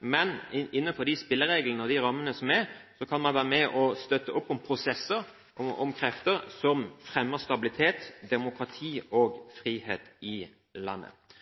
Men innenfor de spillereglene og rammene som er, kan man være med og støtte opp om prosesser og krefter som fremmer stabilitet, demokrati og frihet i landet.